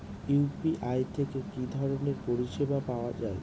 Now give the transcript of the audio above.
UPI থেকে কি ধরণের পরিষেবা পাওয়া য়ায়?